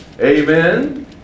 Amen